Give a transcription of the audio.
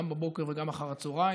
גם בבוקר וגם אחרי הצוהריים,